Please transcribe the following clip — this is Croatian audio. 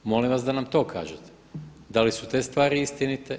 Molim vas da nam to kažete da li su te stvari istinite.